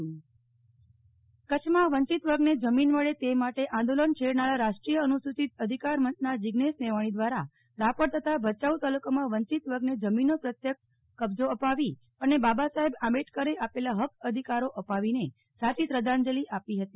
નેહ્લ ઠક્કર ભચાઉ રાપર વંચિત વર્ગને જમીન કચ્છમાં વંચિત વર્ગને જમીન મળે તે માટે આંદોલન છેડનારા રાષ્ટ્રીય અનુસુયિત અધિકાર મંચના જીઝેશ મેવાણી દ્વારા રાપર તથા ભયાઉ ત્લુકામાં વંચિત વર્ગને જમીનનો પ્રત્યક્ષ કબજો અપાવી અને બાબા સાહેબ આંબેડકરએ આપેલા હક્ક અધિકારો અપાવીને સાચી શ્રદ્ધાંજલિ આપી હતી